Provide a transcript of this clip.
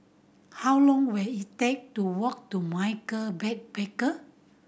how long will it take to walk to Michael Backpacker